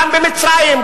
גם במצרים,